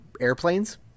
airplanes